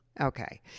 Okay